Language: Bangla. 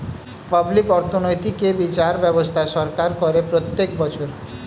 পাবলিক অর্থনৈতিক এ বিচার ব্যবস্থা সরকার করে প্রত্যেক বছর